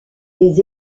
des